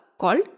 called